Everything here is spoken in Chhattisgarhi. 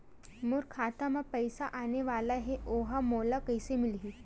मोर खाता म पईसा आने वाला हे ओहा मोला कइसे मिलही?